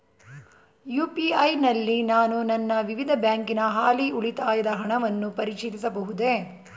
UPI ನಲ್ಲಿ ನಾನು ನನ್ನ ವಿವಿಧ ಬ್ಯಾಂಕಿನ ಹಾಲಿ ಉಳಿತಾಯದ ಹಣವನ್ನು ಪರಿಶೀಲಿಸಬಹುದೇ?